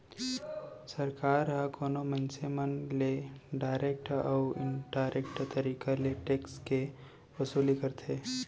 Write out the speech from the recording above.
सरकार ह कोनो मनसे मन ले डारेक्ट अउ इनडारेक्ट तरीका ले टेक्स के वसूली करथे